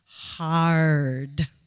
hard